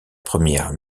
première